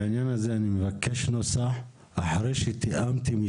בעניין הזה אני מבקש נוסח אחרי שתיאמתם.